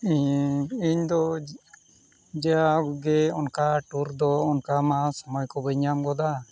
ᱤᱧ ᱤᱧᱫᱚ ᱡᱟᱣᱜᱮ ᱚᱱᱠᱟ ᱴᱩᱨ ᱫᱚ ᱚᱱᱠᱟ ᱢᱟ ᱥᱚᱢᱚᱭ ᱠᱚ ᱵᱟᱹᱧ ᱧᱟᱢ ᱜᱚᱫᱟ